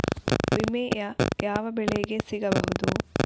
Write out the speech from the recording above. ವಿಮೆ ಯಾವ ಬೆಳೆಗೆ ಸಿಗಬಹುದು?